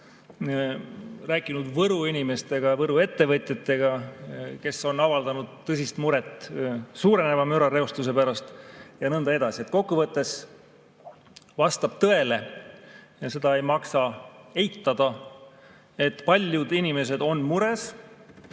rääkinud Võru inimeste ja Võru ettevõtjatega, kes on avaldanud tõsist muret suureneva mürareostuse pärast. Ja nõnda edasi. Kokkuvõttes vastab see tõele ja seda ei maksa eitada, et paljud inimesed on mures.